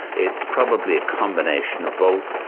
it's probably a combination of both,